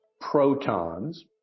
protons